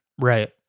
Right